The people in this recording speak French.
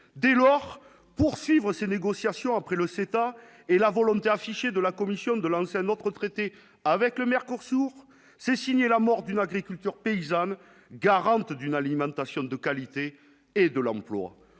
dès lors poursuivre ces négociations après le CETA et la volonté affichée de la Commission, de lancer un autre traité avec le maire pour sourds, c'est signé la mort d'une agriculture paysanne, garante d'une alimentation de qualité et de l'emploi,